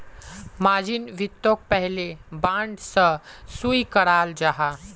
margin वित्तोक पहले bond सा स्विकाराल जाहा